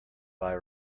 thy